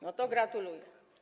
No to gratuluję.